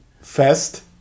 Fest